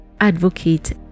advocate